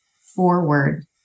forward